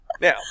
Now